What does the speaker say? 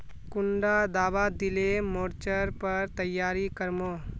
कुंडा दाबा दिले मोर्चे पर तैयारी कर मो?